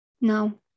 No